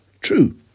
True